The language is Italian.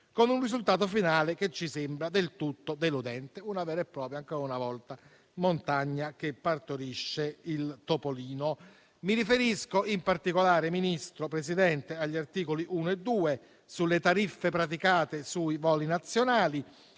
con un risultato finale che ci sembra del tutto deludente. Ancora una volta, una vera e propria montagna che partorisce il topolino. Mi riferisco in particolare, Presidente, agli articoli 1 e 2, sulle tariffe praticate sui voli nazionali,